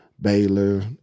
Baylor